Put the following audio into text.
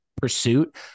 pursuit